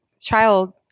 child